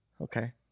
Okay